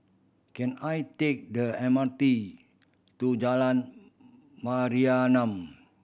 can I take the M R T to Jalan Mayaanam